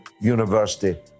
university